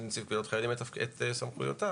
בנוסף,